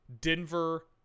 Denver